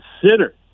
consider